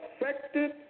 affected